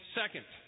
second